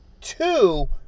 two